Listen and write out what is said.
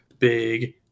big